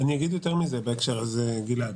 אני אגיד יותר מזה בהקשר הזה, גלעד.